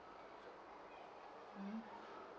mmhmm